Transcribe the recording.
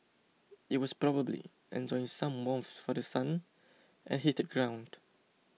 it was probably enjoying some warmth for The Sun and heated ground